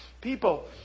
people